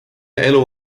elu